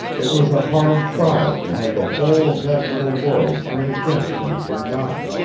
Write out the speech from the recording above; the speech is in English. it was a hard trial to have the whole of that little world turn against him for naught.